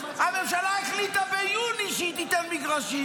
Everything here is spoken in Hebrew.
ביוני הממשלה החליטה שהיא תיתן מגרשים,